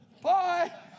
Bye